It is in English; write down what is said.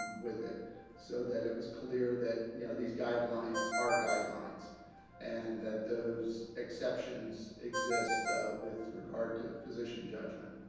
with it so that it was clear that yeah these guidelines are guidelines and that those exceptions exist with regard to physician judgment.